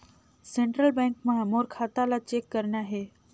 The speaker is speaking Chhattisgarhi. सेंट्रल बैंक मां मोर खाता ला चेक करना हे?